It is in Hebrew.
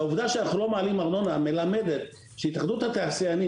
העובדה שאנחנו לא מעלים ארנונה מלמדת שהתאחדות התעשיינים,